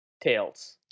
Tails